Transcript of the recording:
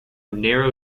narrow